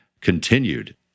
continued